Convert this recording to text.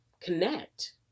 connect